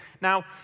Now